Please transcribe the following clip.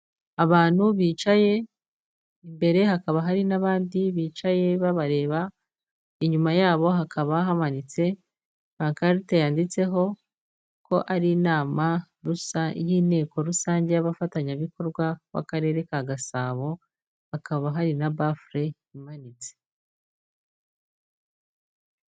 Abantu bicaye imbere hakaba hari n'abandi bicaye babareba, inyuma yabo hakaba hamanitse pankarite yanditseho ko ari inama y'inteko rusange y'abafatanyabikorwa b'Akarere ka Gasabo. Hakaba hari na bafure imanitse.